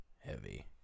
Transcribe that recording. heavy